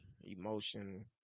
emotion